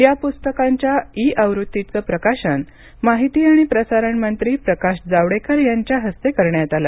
या पुस्तकांच्या इ आवृत्तीचं प्रकाशन माहिती आणि प्रसारण मंत्री प्रकाश जावडेकर यांच्या हस्ते करण्यात आलं